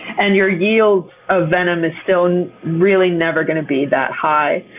and your yield of venom is still really never going to be that high.